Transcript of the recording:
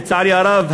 לצערי הרב,